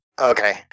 Okay